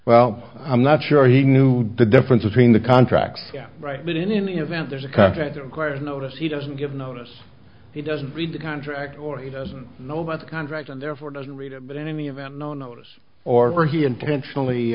well i'm not sure he knew the difference between the contract right but in any event there's a contract requires notice he doesn't give notice he doesn't read the contract or you know by the contract and therefore doesn't read it but in any event no notice or he intentionally